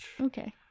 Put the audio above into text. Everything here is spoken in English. Okay